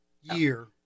year